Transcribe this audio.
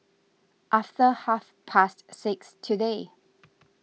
after half past six today